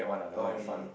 okay